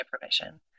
permission